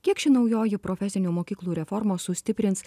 kiek ši naujoji profesinių mokyklų reforma sustiprins